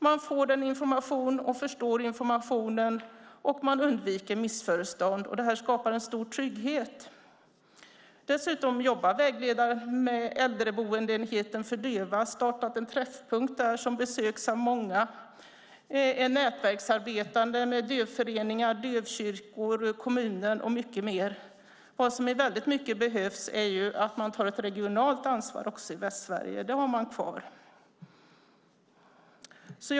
De får information och förstår informationen, och man undviker missförstånd. Det skapar en stor trygghet. Dessutom jobbar vägledaren med äldreboendeenheten för döva och har startat en träffpunkt där som besöks av många. Man är nätverksarbetande med dövföreningar, dövkyrkor, kommunen och mycket mer. Vad som behövs väldigt mycket är att man tar ett regionalt ansvar i Västsverige. Det har man kvar.